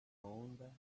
onda